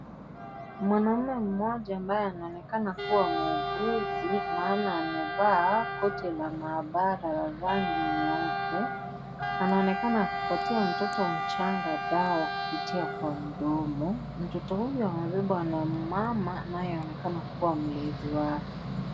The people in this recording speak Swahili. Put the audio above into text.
Mwanamme mmoja ambaye anaonekana kuwa muuguzi, maana amevaa koti la maabara la rangi nyeupe, anaonekana akipatia mtoto mchanga dawa kupitia kwa mdomo. Mtoto huyu amebebwa na mama anayeonekana kuwa mlezi wake.